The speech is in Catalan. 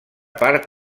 part